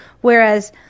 whereas